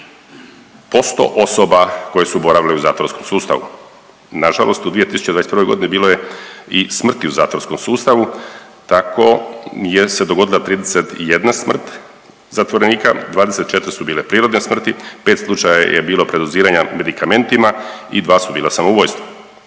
0,63% osoba koje su boravile u zatvorskom sustavu. Na žalost u 2021. godini bilo je i smrti u zatvorskom sustavu, tako se dogodila 31 smrt zatvorenika, 24 su bile prirodne smrti, 5 slučajeva je bilo predoziranja medikamentima i 2 su bila samoubojstva.